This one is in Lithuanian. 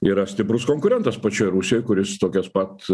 yra stiprus konkurentas pačioj rusijoj kuris tokias pat